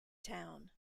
town